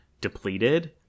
depleted